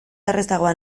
errazagoa